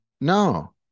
No